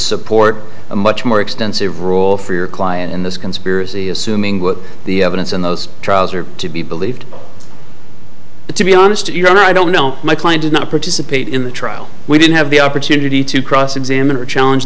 support a much more extensive role for your client in this conspiracy assuming that the evidence in those trials are to be believed to be honest you're not i don't know my client did not participate in the trial we didn't have the opportunity to cross examine or challenge